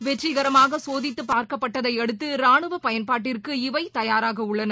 வெற்றிகரமாகசோதித்தபாா்க்கப்பட்டதைஅடுத்து ரானுவபயன்பாட்டிற்கு இவை தயாராகஉள்ளன